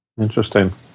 Interesting